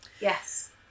yes